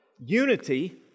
Unity